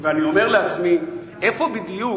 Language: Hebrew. ואני אומר לעצמי: איפה בדיוק,